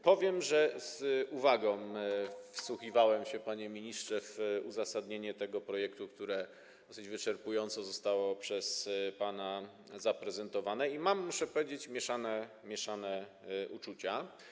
Powiem, że z uwagą wsłuchiwałem się, panie ministrze, w uzasadnienie tego projektu, które dosyć wyczerpująco zostało przez pana zaprezentowane, i mam, muszę powiedzieć, mieszane uczucia.